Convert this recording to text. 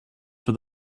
for